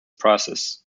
process